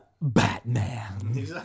Batman